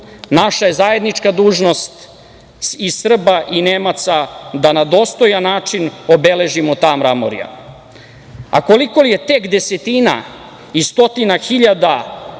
Naša je zajednička dužnost i Srba i Nemaca da na dostojan način obeležimo ta mramorja.A koliko li je tek desetina i stotina hiljada,